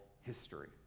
history